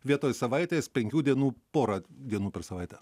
vietoj savaitės penkių dienų pora dienų per savaitę